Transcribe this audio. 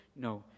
no